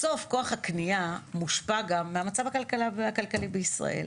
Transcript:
בסוף כוח הקנייה מושפע גם מהמצב הכלכלה והכלכלי בישראל.